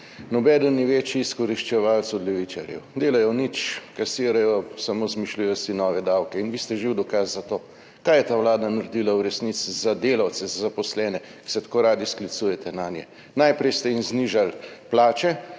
Nobeden ni večji izkoriščevalec od levičarjev, delajo nič, kasirajo, samo izmišljujejo si nove davke. In vi ste živ dokaz za to. Kaj je ta Vlada naredila v resnici za delavce, za zaposlene, ki se tako radi sklicujete nanje? Najprej ste jim znižali plače,